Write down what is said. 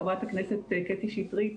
חברת הכנסת קטי שטרית,